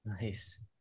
nice